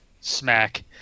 smack